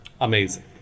amazing